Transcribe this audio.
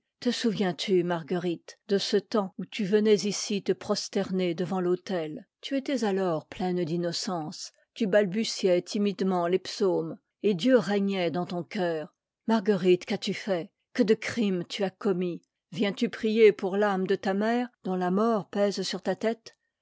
te souviens-tu marguerite de ce temps où tu venais ici te prosterner devant l'autel tu étais a ors pleine d'innocence tu balbutiais timidement les psaumes et dieu régnait dans ton cœur marguerite qu'as-tu fait que de crimes tu as commis viens-tu prier pour l'âme de ta mère dont la mort pèse sur ta tête